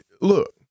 look